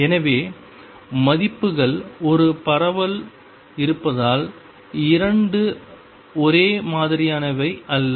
எனவே மதிப்புகள் ஒரு பரவல் இருப்பதால் இரண்டு ஒரே மாதிரியானவை அல்ல